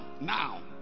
now